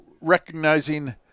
recognizing